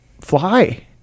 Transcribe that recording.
fly